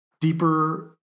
deeper